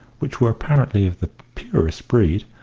which were apparently of the purest breed,